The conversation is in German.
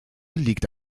liegt